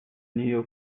нее